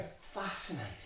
fascinating